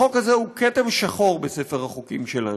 החוק הזה הוא כתם שחור בספר החוקים שלנו,